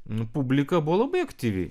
nu publika buvo labai aktyvi